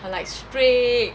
很 like strict